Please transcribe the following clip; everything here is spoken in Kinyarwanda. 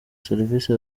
serivisi